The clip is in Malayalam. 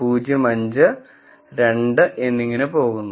05 2 എന്നിങ്ങനെ പോകുന്നു